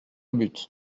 but